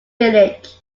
village